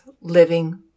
living